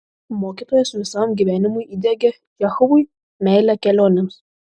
mokytojas visam gyvenimui įdiegė čechovui meilę kelionėms